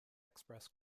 express